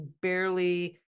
barely